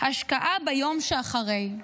השקעה ביום שאחרי.